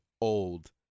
old